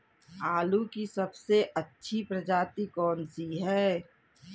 आलू की सबसे अच्छी प्रजाति कौन सी है?